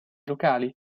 locali